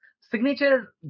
Signature